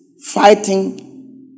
fighting